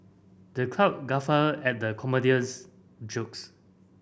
the crowd guffawed at the comedian's jokes